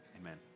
Amen